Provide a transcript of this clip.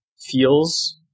feels